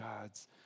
God's